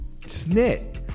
snit